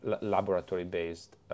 laboratory-based